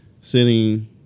sitting